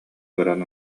көрөн